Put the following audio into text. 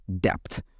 depth